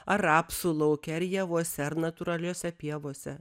ar rapsų lauke ar javuose ar natūraliose pievose